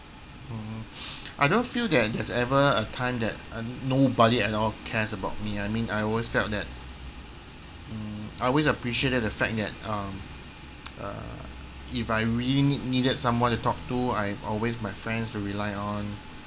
mmhmm I don't feel that there's ever a time that uh nobody at all cares about me I mean I always felt that um I always appreciated the fact that um err if I really need needed someone to talk to I have always my friends to rely on